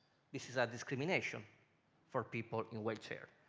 this is a discrimination for people in wheelchair.